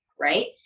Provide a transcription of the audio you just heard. Right